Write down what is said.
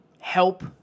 help